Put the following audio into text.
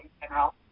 general